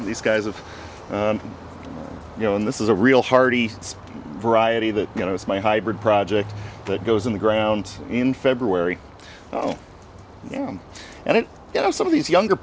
these guys of you know and this is a real hearty variety that you know it's my hybrid project that goes in the ground in february oh yeah and you know some of these younger